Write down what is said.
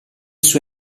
suo